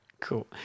Cool